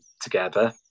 together